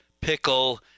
pickle